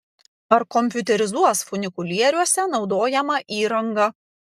ar kompiuterizuos funikulieriuose naudojamą įrangą